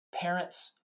parents